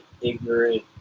ignorant